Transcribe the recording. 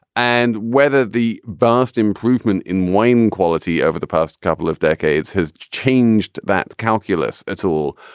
and whether the vast improvement in wine quality over the past couple of decades has changed that calculus. that's all.